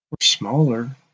smaller